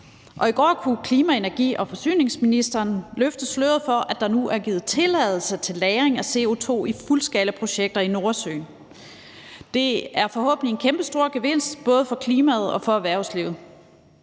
og i går kunne klima-, energi- og forsyningsministeren løfte sløret for, at der nu er givet tilladelse til lagring af CO2 i fuldskalaprojekter i Nordsøen. Det er forhåbentlig en kæmpestor gevinst for både klimaet og erhvervslivet.